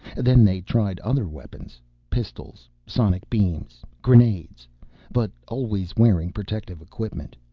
then they tried other weapons pistols, sonic beams, grenades but always wearing protective equipment.